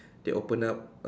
they open up